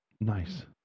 Nice